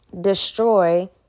destroy